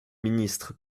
ministre